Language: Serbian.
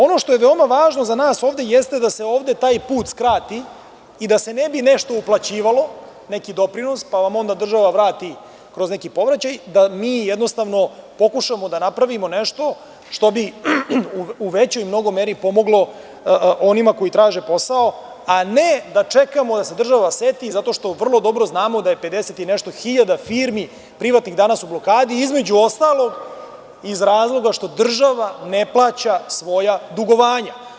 Ono što je veoma važno za nas ovde, jeste da se ovde taj put skrati i da se ne bi nešto uplaćivalo, neki doprinos, pa vam onda država vrati kroz neki povraćaj, da mi jednostavno pokušamo da napravimo nešto što bi u većoj mnogo meri pomoglo onima koji traže posao a ne da čekamo da se država seti, zato što vrlo dobro znamo da je 50 i nešto privatnih firmi danas u blokadi, između ostalog iz razloga što država ne plaća svoja dugovanja.